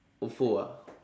ofo ah